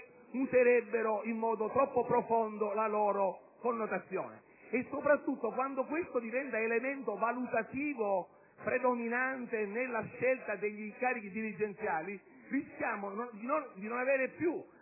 muterebbero in modo troppo profondo la loro connotazione. Soprattutto, quando questo diventa elemento valutativo predominante nella scelta degli incarichi dirigenziali, rischiamo di non avere più